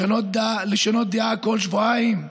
לשנות דעה כל שבועיים?